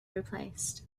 replaced